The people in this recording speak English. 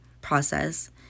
process